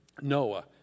Noah